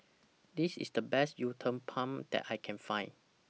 This IS The Best Uthapam that I Can Find